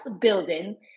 building